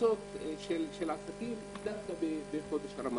בהכנסות של עסקים דווקא בחודש הזה.